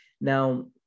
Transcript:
now